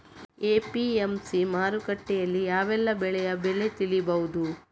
APMC ಮಾರುಕಟ್ಟೆಯಲ್ಲಿ ಯಾವೆಲ್ಲಾ ಬೆಳೆಯ ಬೆಲೆ ತಿಳಿಬಹುದು?